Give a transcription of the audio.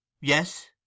Yes